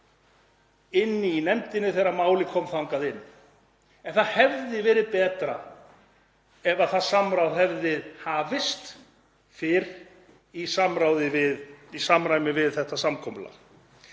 inni í nefndinni þegar málið kom þangað inn. En það hefði verið betra ef það samráð hefði hafist fyrr, í samræmi við þetta samkomulag.